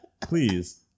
please